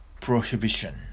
Prohibition